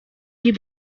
you